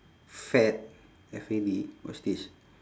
fad F A D what's this